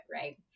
right